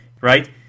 right